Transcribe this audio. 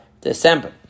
December